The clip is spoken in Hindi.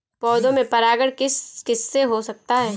पौधों में परागण किस किससे हो सकता है?